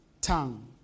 tongue